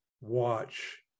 watch